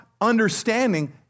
understanding